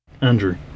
Andrew